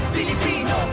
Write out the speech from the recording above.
Filipino